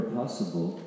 possible